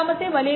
06 0